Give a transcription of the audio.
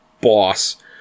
boss